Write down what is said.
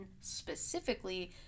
specifically